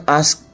ask